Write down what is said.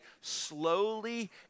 slowly